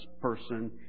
person